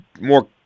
more